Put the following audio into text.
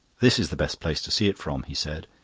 this is the best place to see it from, he said.